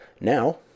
Now